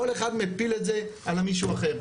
כל אחד מפיל את זה על מישהו אחר.